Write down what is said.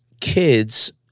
kids—